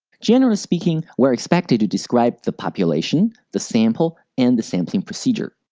generally speaking, we are expected to describe the population, the sample, and the sampling procedure.